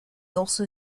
also